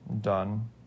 done